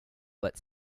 but